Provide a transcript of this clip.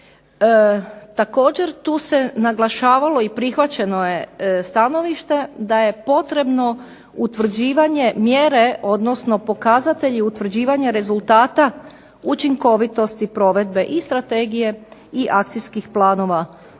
Također tu se naglašavalo i prihvaćeno je stanovište da je potrebno utvrđivanje mjere, odnosno pokazatelji utvrđivanja rezultata učinkovitosti provedbe i strategije i akcijskih planova uz